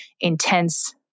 intense